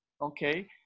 Okay